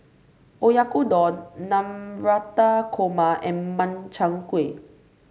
Oyakodon Navratan Korma and Makchang Gui